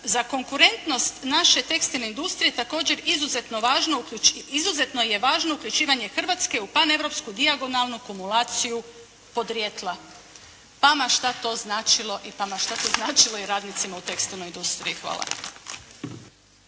Za konkurentnost naše tekstilne industrije, također izuzetno je važno uključivanje Hrvatske u pan-europsku dijagonalnu kumulaciju podrijetla. Pa, ma šta to značilo, i pa ma šta to značilo i radnicima u tekstilnoj industriji. Hvala.